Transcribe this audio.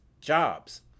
jobs